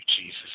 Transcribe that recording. Jesus